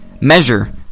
measure